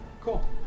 Cool